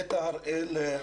נטע הראל,